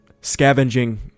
scavenging